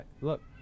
look